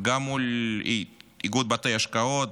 גם מול איגוד בתי השקעות,